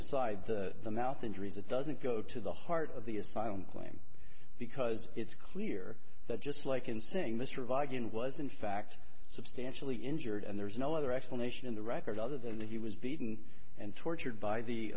aside the mouth injuries it doesn't go to the heart of the asylum claim because it's clear that just like in saying mr vigeland was in fact substantially injured and there's no other explanation in the record other than that he was beaten and tortured by the